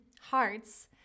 hearts